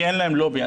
כי אין להם לובי.